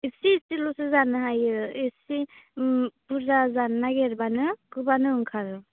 एसे एसे लसो जानो हायो एसे बुरजा जानो नागिरबानो गोबानो ओंखारो